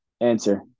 Answer